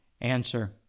Answer